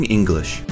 English